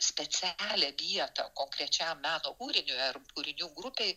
specialią vietą konkrečiam meno kūriniui ar kūrinių grupei